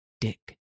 Dick